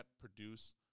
produce